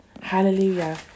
Hallelujah